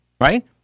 right